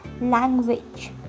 language